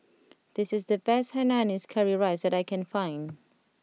this is the best Hainanese Curry Rice that I can find